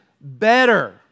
better